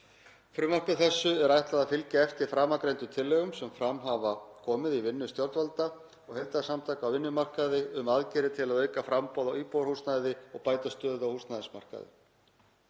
Frumvarpi þessu er ætlað að fylgja eftir framangreindum tillögum sem fram hafa komið í vinnu stjórnvalda og heildarsamtaka á vinnumarkaði um aðgerðir til að auka framboð á íbúðarhúsnæði og bæta stöðu á húsnæðismarkaði.